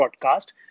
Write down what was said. podcast